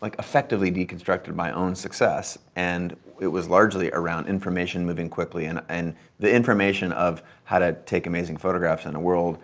like effectively deconstructed my own success and it was largely around information moving quickly and and the information of how to take amazing photographs in the and world